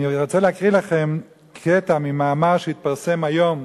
אני רוצה לקרוא לכם קטע ממאמר שהתפרסם היום,